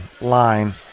line